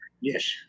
yes